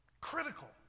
critical